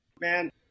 man